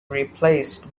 replaced